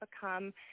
become